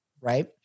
right